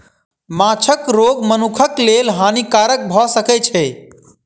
माँछक रोग मनुखक लेल हानिकारक भअ सकै छै